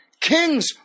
Kings